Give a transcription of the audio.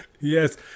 Yes